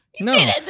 No